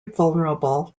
vulnerable